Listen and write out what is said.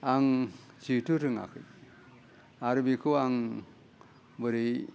आं जिहुतु रोङाखै आरो बिखौ आं बोरै